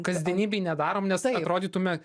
kasdienybėj nedarom nes atrodytume